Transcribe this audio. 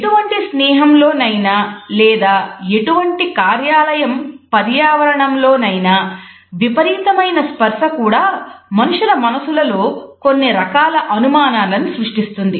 ఎటువంటి స్నేహం లో నైనా లేదా ఎటువంటి కార్యాలయం పర్యావరణం లో నైనా విపరీతమైన స్పర్శ కూడా మనుషుల మనసులో కొన్ని రకాల అనుమానాలను సృష్టిస్తుంది